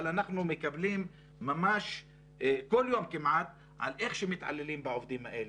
אבל אנחנו מקבלים כל יום כמעט על איך שמתעללים בעובדים האלה,